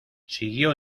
siguió